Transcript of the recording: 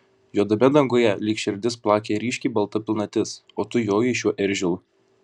juodame danguje lyg širdis plakė ryškiai balta pilnatis o tu jojai šiuo eržilu